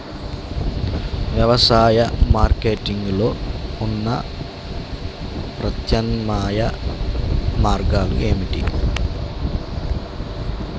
వ్యవసాయ మార్కెటింగ్ లో ఉన్న ప్రత్యామ్నాయ మార్గాలు ఏమిటి?